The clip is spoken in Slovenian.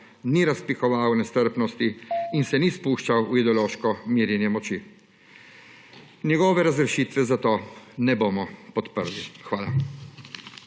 ni razpihoval nestrpnosti in se ni spuščal v ideološko merjenje moči. Njegove razrešitve zato ne bomo podprli. Hvala.